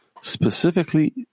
specifically